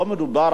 לא מדובר,